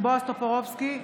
בועז טופורובסקי,